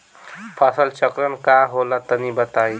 फसल चक्रण का होला तनि बताई?